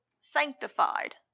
sanctified